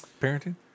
parenting